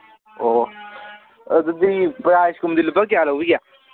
ꯑꯣ ꯑꯗꯨꯗꯤ ꯄ꯭ꯔꯥꯏꯁꯀꯨꯝꯕꯗꯤ ꯂꯨꯄꯥ ꯀꯌꯥ ꯂꯧꯕꯤꯒꯦ